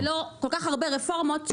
וכל כך הרבה רפורמות,